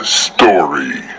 story